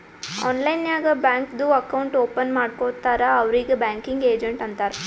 online ನಾಗ್ ಬ್ಯಾಂಕ್ದು account open ಮಾಡ್ಕೊಡ್ತಾರ್ ಅವ್ರಿಗ್ ಬ್ಯಾಂಕಿಂಗ್ ಏಜೆಂಟ್ ಅಂತಾರ್